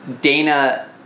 Dana